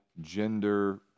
gender